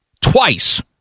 twice